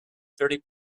thirty